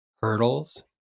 hurdles